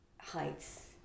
heights